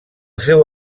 seu